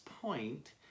point